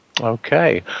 Okay